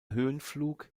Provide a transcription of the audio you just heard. höhenflug